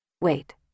Wait